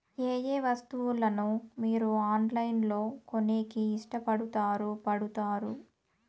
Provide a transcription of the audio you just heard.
ఏయే వస్తువులను మీరు ఆన్లైన్ లో కొనేకి ఇష్టపడుతారు పడుతారు?